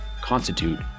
constitute